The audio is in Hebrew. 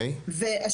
בבקשה.